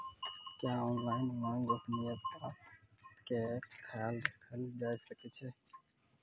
क्या ऑनलाइन मे गोपनियता के खयाल राखल जाय सकै ये?